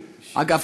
אגב,